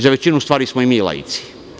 Za većinu stvari smo i mi laici.